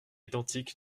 identiques